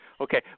Okay